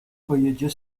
pojedzie